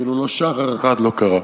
אפילו שחר אחד לא קרה.